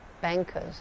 bankers